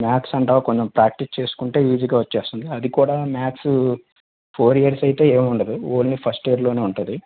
maths అంటావా కొంచెం practice చేసుకుంటే ఈజీగా వచ్చేసింది అది కూడా మాథ్స్ ఫోర్ ఇయర్స్ అయితే ఏం ఉండదు ఓన్లీ ఫస్ట్ ఇయర్లోనే ఉంటుంది